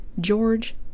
George